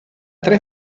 tre